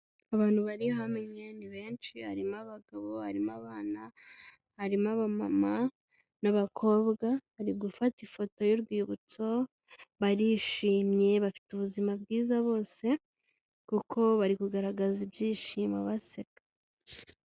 Abantu bari hamwe ni benshi, harimo abagabo, harimo abana, harimo abamama n'abakobwa, bari gufata ifoto y'urwibutso, barishimye, bafite ubuzima bwiza bose kuko bari kugaragaza ibyishimo baseka.